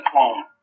home